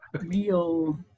real